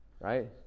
Right